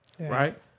right